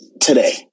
today